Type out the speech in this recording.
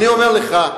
אני אומר לך,